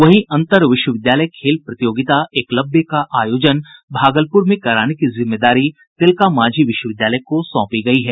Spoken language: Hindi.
वहीं अंतर विश्वविद्यालय खेल प्रतियोगिता एकलव्य का आयोजन भागलपुर में कराने की जिम्मेदारी तिलकामाझी विश्वविद्यालय को सौंपी गयी है